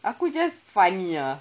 aku just funny ah